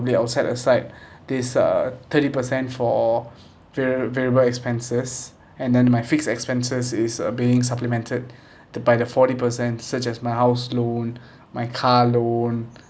~bly l will set aside this uh thirty per cent for var~ variable expenses and then my fixed expenses is uh being supplemented the by the forty per cent such as my house loan my car loan